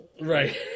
Right